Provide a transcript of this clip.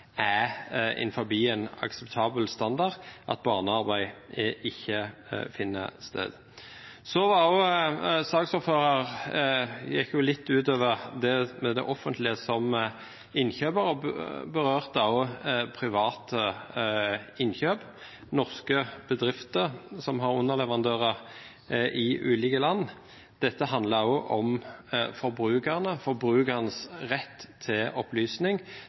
er innenfor en akseptabel standard, at barnearbeid ikke finner sted. Saksordføreren gikk litt utover det med det offentlige som innkjøper og berørte også private innkjøp, norske bedrifter som har underleverandører i ulike land. Dette handler også om forbrukerne, forbrukernes rett til opplysning